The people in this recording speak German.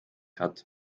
hat